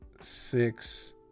six